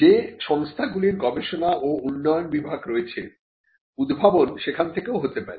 যে সংস্থাগুলির গবেষণা ও উন্নয়ন বিভাগ রয়েছে উদ্ভাবন সেখান থেকেও হতে পারে